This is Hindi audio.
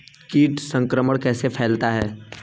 कीट संक्रमण कैसे फैलता है?